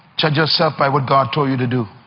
judge yourself by what god told you to do.